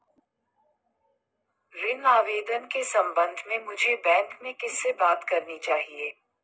ऋण आवेदन के संबंध में मुझे बैंक में किससे बात करनी चाहिए?